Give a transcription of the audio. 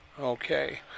Okay